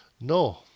no